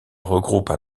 regroupent